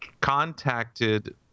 contacted